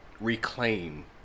reclaim